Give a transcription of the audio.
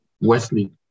Wesley